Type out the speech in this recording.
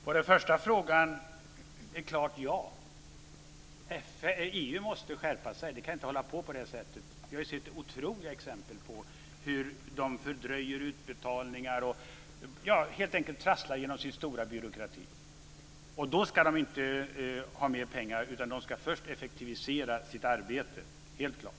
Fru talman! För det första svarar jag ett klart ja på den första frågan. EU måste skärpa sig. Man kan inte hålla på på det här sättet. Vi har sett otroliga exempel på hur man fördröjer utbetalningar och helt enkelt trasslar genom sin stora byråkrati. EU ska inte ha mer pengar, utan ska först effektivisera sitt arbete. Det är helt klart.